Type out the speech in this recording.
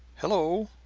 hello!